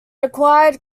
acquired